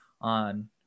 on